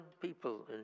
people